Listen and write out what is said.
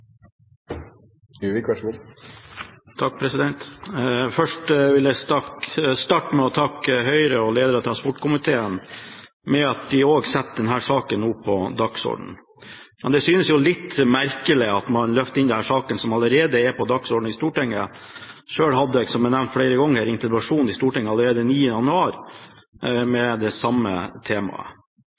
Jeg vil starte med å takke Høyre og lederen av transportkomiteen for at de også setter denne saken på dagsordenen nå, men jeg synes jo det er litt merkelig at man løfter inn denne saken, som allerede er på dagsordenen i Stortinget. Selv hadde jeg, som er nevnt flere ganger, en interpellasjon i Stortinget allerede 9. januar med det samme